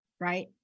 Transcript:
right